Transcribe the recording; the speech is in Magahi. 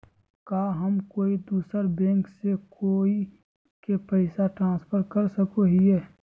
का हम कोई दूसर बैंक से कोई के पैसे ट्रांसफर कर सको हियै?